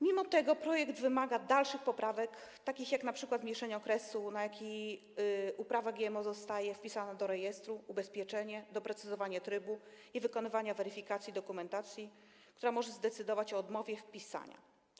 Mimo to projekt wymaga dalszych poprawek, takich jak np. skrócenie okresu, na jaki uprawa GMO zostaje wpisana do rejestru, ubezpieczenie, doprecyzowanie trybu i wykonywania weryfikacji dokumentacji, która może zdecydować o odmowie wpisania.